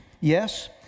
Yes